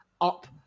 up